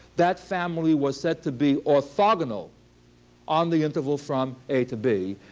that family was set to be orthogonal on the interval from a to b.